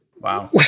Wow